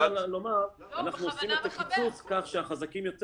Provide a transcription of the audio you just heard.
או שאפשר לומר שאנחנו עושים את הקיצוץ כך שהחזקים יותר